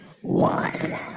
One